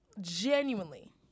genuinely